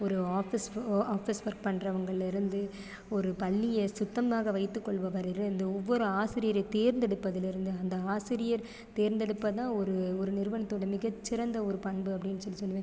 ஒரு office office work பண்ணுறவங்கள்லேயிருந்து ஒரு பள்ளியை சுத்தமாக வைத்து கொள்பவரிலிருந்து ஒவ்வொரு ஆசிரியரைத் தேர்ந்தெடுப்பதிலிருந்து அந்த ஆசிரியர் தேர்ந்தெடுப்பதுதான் ஒரு ஒரு நிறுவனத்தோடய மிகச்சிறந்த ஒரு பண்பு அப்படினு சொல்லி சொல்லுவேன்